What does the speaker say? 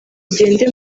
mugende